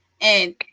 And-